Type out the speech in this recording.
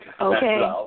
Okay